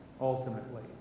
ultimately